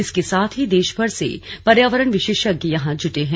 इसके साथ ही देशभर से पर्यावरण विशेषज्ञ यहां जुटे हैं